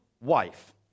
wife